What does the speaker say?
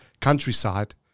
countryside